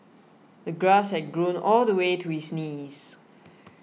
the grass had grown all the way to his knees